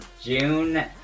June